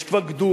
יש כבר גדוד,